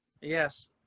Yes